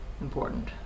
important